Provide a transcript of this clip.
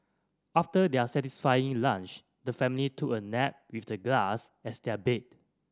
after their satisfying lunch the family took a nap with the glass as their bed